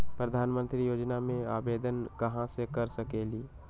प्रधानमंत्री योजना में आवेदन कहा से कर सकेली?